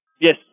Yes